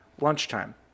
Lunchtime